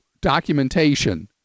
documentation